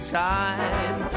time